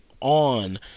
on